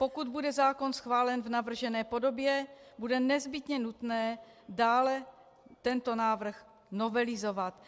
Pokud bude zákon schválen v navržené podobě, bude nezbytně nutné dále tento návrh novelizovat.